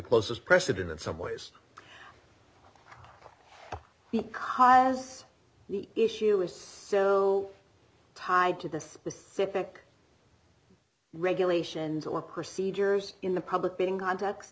closest precedent in some ways because the issue is so tied to the specific regulations or procedures in the public being cont